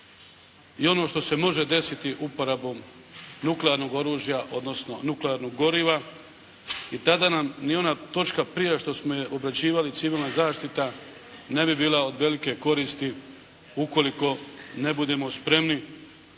i ono što se može desiti uporabom nuklearnog oružja odnosno nuklearnog goriva. I tada nam ni ona točka prije što smo je obrađivali, civilna zaštita, ne bi bila od velike koristi ukoliko ne budemo spremni